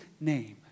name